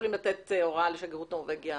יכולים לתת הוראה לשגרירות נורבגיה